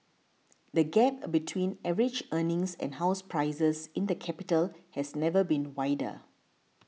the gap a between average earnings and house prices in the capital has never been wider